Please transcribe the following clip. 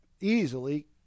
easily